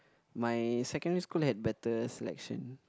my secondary school had better selection